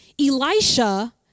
Elisha